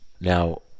Now